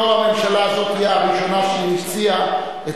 נדמה לי שלא הממשלה הזאת היא הראשונה שהמציאה את